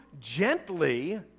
gently